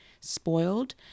spoiled